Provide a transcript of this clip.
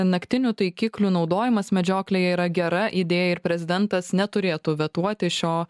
naktinių taikiklių naudojimas medžioklėje yra gera idėja ir prezidentas neturėtų vetuoti šio